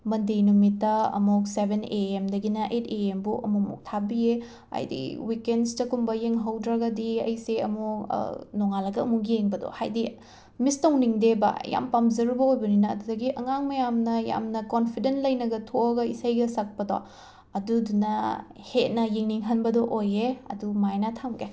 ꯃꯟꯗꯦ ꯅꯨꯃꯤꯠꯇ ꯑꯃꯨꯛ seven A ꯑꯦꯝꯗꯒꯤꯅ ꯑꯩꯠ ꯑꯦ ꯑꯦꯝ ꯐꯧ ꯑꯃꯨꯛ ꯃꯨꯛ ꯊꯥꯕꯤꯌꯦ ꯍꯥꯏꯗꯤ ꯋꯤꯀꯦꯟꯁꯇꯀꯨꯝꯕ ꯌꯦꯡꯍꯧꯗ꯭ꯔꯒꯗꯤ ꯑꯩꯁꯦ ꯑꯃꯨꯛ ꯅꯣꯡꯉꯥꯜꯂꯒ ꯑꯃꯨꯛ ꯌꯦꯡꯕꯗꯣ ꯍꯥꯏꯗꯤ ꯃꯤꯁ ꯇꯧꯅꯤꯡꯗꯦꯕ ꯌꯥꯝ ꯄꯥꯝꯖꯔꯨꯕ ꯑꯣꯏꯕꯅꯤꯅ ꯑꯗꯨꯗꯒꯤ ꯑꯉꯥꯡ ꯃꯌꯥꯝꯅ ꯌꯥꯝꯅ ꯀꯣꯟꯐꯤꯗꯦꯟ ꯂꯩꯅꯒ ꯊꯣꯛꯑꯒ ꯏꯁꯩꯒ ꯁꯛꯄꯗꯣ ꯑꯗꯨꯗꯨꯅ ꯍꯦꯟꯅ ꯌꯦꯡꯅꯤꯡꯍꯟꯕꯗꯣ ꯑꯣꯏꯌꯦ ꯑꯗꯨꯃꯥꯏꯅ ꯊꯝꯒꯦ